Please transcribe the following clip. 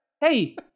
Hey